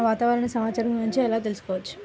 వాతావరణ సమాచారం గురించి ఎలా తెలుసుకోవచ్చు?